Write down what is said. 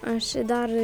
aš dar